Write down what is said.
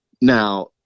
Now